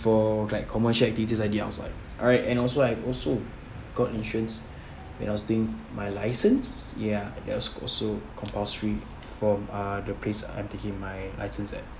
for like commercial activities I did outside alright and also I also got insurance when I was doing my license ya that was also compulsory from uh the place I'm taking my license at